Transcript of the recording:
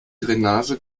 drainage